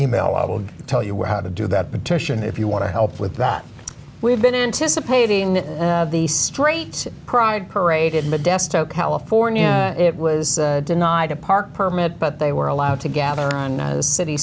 e mail i will tell you how to do that petition if you want to help with that we've been anticipating the straight pride parade at my desk california it was denied a park permit but they were allowed to gather on the city